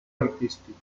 artístico